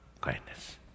kindness